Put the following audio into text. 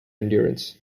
endurance